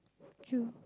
true